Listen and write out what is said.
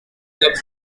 does